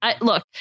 look